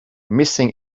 missing